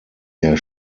der